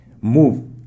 move